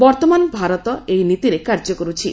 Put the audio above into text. ବର୍ତ୍ତମାନ ଭାରତ ଏହି ନୀତିରେ କାର୍ଯ୍ୟ କରୁଛି